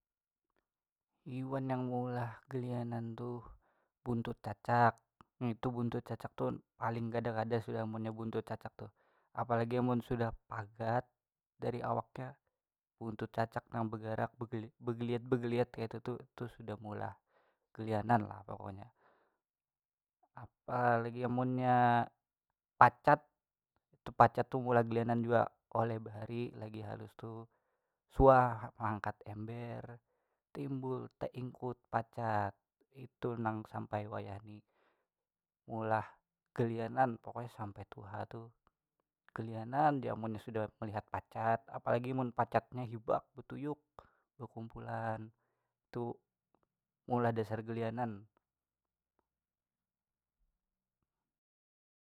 Hiwan yang meolah gelianan tu buntut cacak ngintu buntut cacak tu paling kada kada sudah munnya buntut cacak tu apalagi amun sudah pagat dari awaknya buntut cacak nang begarak begebege- begeliat kayatu tu itu sudah meolah gelianan lah pokoknya, apa lagi amunnya pacat tu pacat tu meolah gelianan jua oleh bahari lagi halus tu suah meangkat ember timbul taingkut pacat itu nang sampai wayahni meulah gelianan pokoknya sampai tuha tuh gelianan ja munnya sudah meliat pacat apalagi mun pacatnya hibak betuyuk bekumpulan tu meulah dasar gelianan.